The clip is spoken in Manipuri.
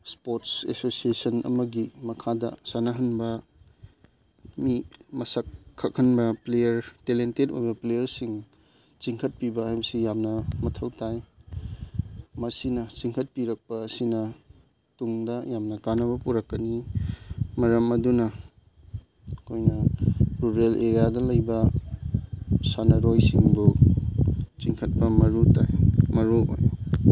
ꯏꯁꯄꯣꯔꯠꯁ ꯑꯦꯁꯣꯁꯤꯌꯦꯁꯟ ꯑꯃꯒꯤ ꯃꯈꯥꯗ ꯁꯥꯟꯅꯍꯟꯕ ꯃꯤ ꯃꯁꯛ ꯈꯪꯍꯟꯕ ꯄ꯭ꯂꯦꯌꯥꯔ ꯇꯦꯂꯦꯟꯇꯦꯠ ꯑꯣꯏꯕ ꯄ꯭ꯂꯦꯌꯥꯔꯁꯤꯡ ꯆꯤꯡꯈꯠꯄꯤꯕ ꯍꯥꯏꯕꯁꯤ ꯌꯥꯝꯅ ꯃꯊꯧ ꯇꯥꯏ ꯃꯁꯤꯅ ꯆꯤꯡꯈꯠꯄꯤꯔꯛꯄ ꯑꯁꯤꯅ ꯇꯨꯡꯗ ꯌꯥꯝꯅ ꯀꯥꯅꯕ ꯄꯨꯔꯛꯀꯅꯤ ꯃꯔꯝ ꯑꯗꯨꯅ ꯑꯩꯈꯣꯏꯅ ꯔꯨꯔꯦꯜ ꯑꯦꯔꯤꯌꯥꯗ ꯂꯩꯕ ꯁꯥꯟꯅꯔꯣꯏꯁꯤꯡꯕꯨ ꯆꯤꯡꯈꯠꯄ ꯃꯔꯨ ꯇꯥꯏ ꯃꯔꯨꯑꯣꯏ